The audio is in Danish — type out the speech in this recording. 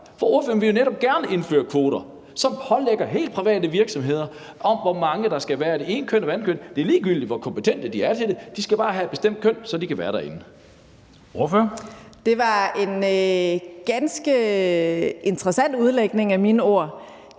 For ordføreren vil jo netop gerne indføre kvoter, som pålægger helt private virksomheder, hvor mange der skal være af det ene køn eller det andet køn. Det er ligegyldigt, hvor kompetente de er til det; de skal bare have et bestemt køn, så de kan være derinde. Kl. 11:03 Formanden (Henrik